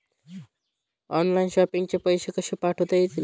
Online shopping चे पैसे कसे पाठवता येतील?